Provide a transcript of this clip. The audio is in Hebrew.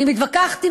מתווכחת?